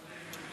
נכון.)